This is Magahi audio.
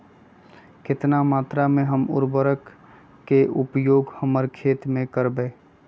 कितना मात्रा में हम उर्वरक के उपयोग हमर खेत में करबई?